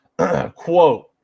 quote